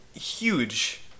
huge